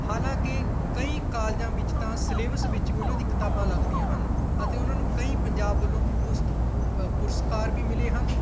ਹਾਲਾਂ ਕਿ ਕਈ ਕਾਲਜਾਂ ਵਿੱਚ ਤਾਂ ਸਿਲੇਬਸ ਵਿੱਚ ਵੀ ਉਹਨਾਂ ਦੀ ਕਿਤਾਬਾਂ ਲਗਦੀਆਂ ਹਨ ਅਤੇ ਉਹਨਾਂ ਨੂੰ ਕਈ ਪੰਜਾਬ ਵੱਲੋਂ ਪੁਸ ਪੁਰਸਕਾਰ ਵੀ ਮਿਲੇ ਹਨ